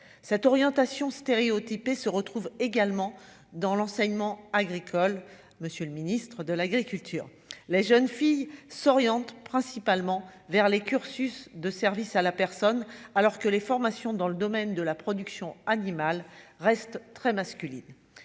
cette orientation stéréotypé se retrouve également dans l'enseignement agricole, monsieur le Ministre de l'Agriculture, les jeunes filles s'oriente principalement vers les cursus de services à la personne, alors que les formations dans le domaine de la production animale reste très masculine,